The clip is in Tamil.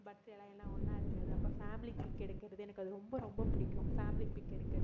பர்த்டேயலாம் எல்லாம் ஒன்றா இருக்கிறது அப்போ ஃபேமிலி பிக் எடுக்கிறதே எனக்கு அது ரொம்ப ரொம்ப பிடிக்கும் ஃபேமிலி பிக் எடுக்கிறது